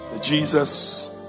Jesus